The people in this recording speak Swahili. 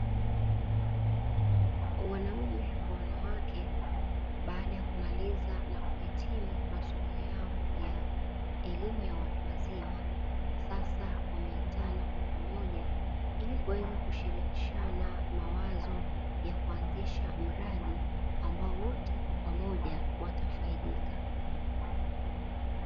Wanaume kwa wanawake baada ya kumaliza na kuhitimu masomo yao ya elimu ya watu wazima ,sasa wameitana kwa pamoja ili kuweza kushirikishana mawazo ya kuanzisha mradi ambao wote kwa pamoja watafaidika.